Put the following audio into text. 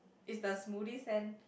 is the smoothie stand